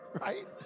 Right